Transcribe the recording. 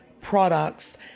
products